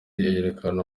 arerekana